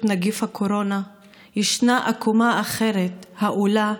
נגיף הקורונה ישנה עקומה אחרת העולה,